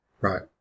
Right